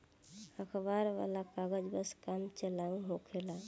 अखबार वाला कागज बस काम चलाऊ होखेला